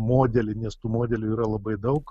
modelį nes tų modelių yra labai daug